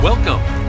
Welcome